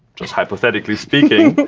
just hypothetically speaking,